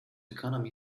economy